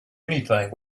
anything